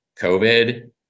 COVID